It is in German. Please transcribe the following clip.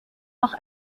auch